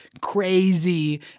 crazy